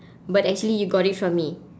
but actually you got it for me